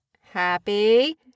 Happy